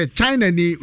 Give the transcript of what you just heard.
China